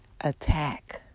attack